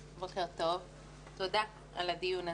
בוקר טוב, תודה על הדיון הזה.